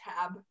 tab